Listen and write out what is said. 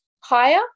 higher